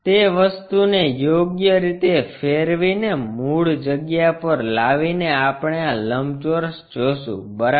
તે વસ્તુને યોગ્ય રીતે ફેરવીને મૂળ જગ્યા પર લાવીને આપણે આ લંબચોરસ જોશું બરાબર